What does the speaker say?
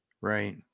Right